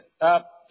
up